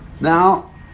Now